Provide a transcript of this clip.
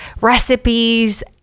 recipes